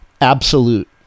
absolute